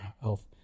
health